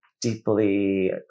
deeply